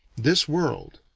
this world,